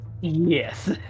yes